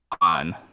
on